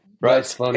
Right